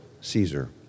Caesar